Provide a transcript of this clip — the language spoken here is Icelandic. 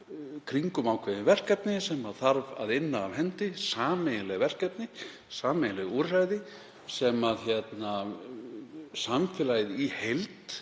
kringum ákveðin verkefni sem þarf að inna af hendi, sameiginleg verkefni, sameiginleg úrræði sem samfélagið í heild